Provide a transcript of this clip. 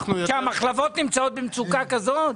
שהמחלבות נמצאות במצוקה כזאת?